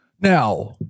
Now